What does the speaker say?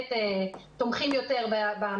שבאמת תומכים יותר.